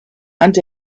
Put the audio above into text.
and